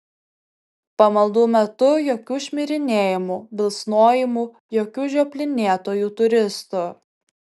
pamaldų metu jokių šmirinėjimų bilsnojimų jokių žioplinėtojų turistų